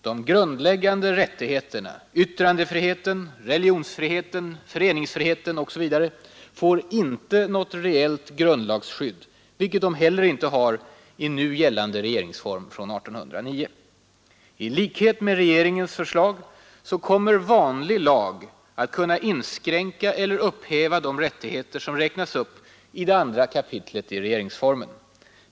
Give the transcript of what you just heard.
De grundläggande rättigheterna — yttrandefrihet, religionsfrihet, föreningsfrihet osv. — får inte något reellt grundlagsskydd, vilket de heller inte har i nu gällande regeringsform från 1809. I enlighet med regeringens förslag kommer vanlig lag att kunna inskränka eller upphäva de rättigheter som räknas upp i det andra kapitlet i regeringsformen.